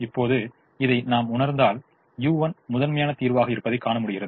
இப்போது இதை நாம் உணர்ந்தால் u1 முதன்மையான தீர்வாக இருப்பதை காணமுடிகிறது